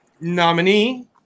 nominee